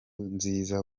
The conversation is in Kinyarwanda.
nziza